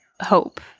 hope